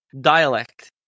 dialect